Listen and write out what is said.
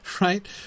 right